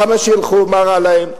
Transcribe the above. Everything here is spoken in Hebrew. למה שילכו, מה רע להם.